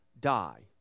die